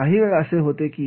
काही वेळा असे होते की